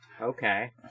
Okay